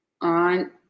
on